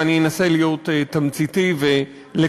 ואני אנסה להיות תמציתי ולקצר: